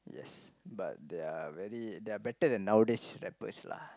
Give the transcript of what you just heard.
yes but they're very they're better than nowadays rappers lah